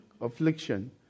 affliction